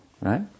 right